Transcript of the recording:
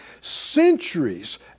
centuries